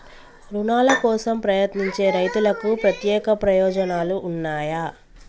రుణాల కోసం ప్రయత్నించే రైతులకు ప్రత్యేక ప్రయోజనాలు ఉన్నయా?